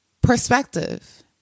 perspective